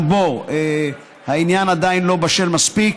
גם בו העניין עדיין לא בשל מספיק,